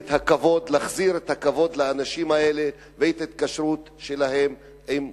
להחזיר את הכבוד לאנשים האלה ואת ההתקשרות שלהם עם קרוביהם.